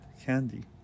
candy